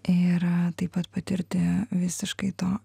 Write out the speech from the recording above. ir taip pat patirti visiškai to